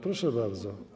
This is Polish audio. Proszę bardzo.